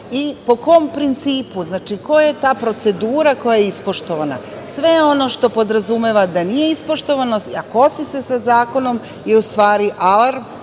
i po kom principu, znači, koja je ta procedura koja je ispoštovana. Sve ono što podrazumeva da nije ispoštovano, a kosi se sa zakonom je u stvari alarm